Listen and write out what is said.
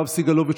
יואב סגלוביץ',